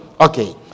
Okay